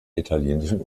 italienischen